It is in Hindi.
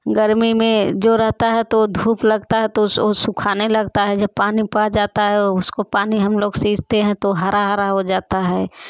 गर्मी में जो रहता है तो धूप लगता है तो ओ सुखाने लगता है जब पानी पड़ जाता है उसको पानी हम लोग सींचते हैं तो हरा हरा हो जाता है